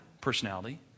personality